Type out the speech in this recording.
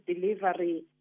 delivery